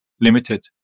limited